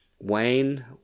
Wayne